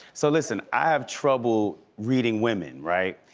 so listen, i have trouble reading women, right,